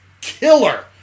killer